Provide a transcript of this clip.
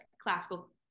classical